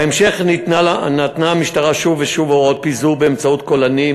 בהמשך נתנה המשטרה שוב ושוב הוראות פיזור באמצעות קולנים,